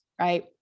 right